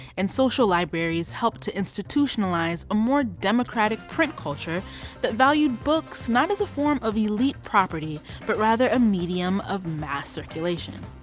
and social libraries helped to institutionalize a more democratic print culture that valued books not as a form of elite property but rather a medium of mass circulation.